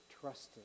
trusted